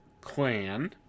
clan